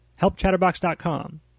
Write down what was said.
Helpchatterbox.com